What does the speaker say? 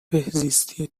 بهزیستی